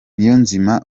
niyonzima